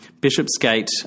Bishopsgate